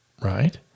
right